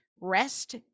rest